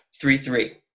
three-three